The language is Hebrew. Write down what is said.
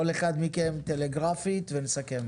כל אחד מכם טלגרפית ונסכם.